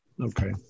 Okay